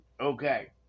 Okay